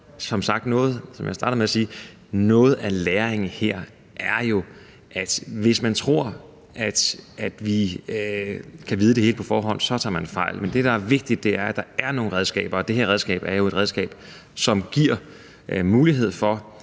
noget af læringen her er, at hvis man tror, at vi kan vide det hele på forhånd, tager man fejl. Men det, der er vigtigt, er, at der er nogle redskaber, og det her redskab er jo et redskab, som giver mulighed for,